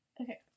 Okay